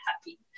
happy